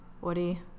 Woody